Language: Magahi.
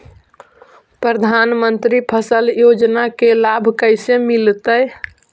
प्रधानमंत्री फसल योजना के लाभ कैसे मिलतै?